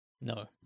No